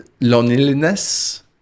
loneliness